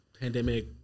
Pandemic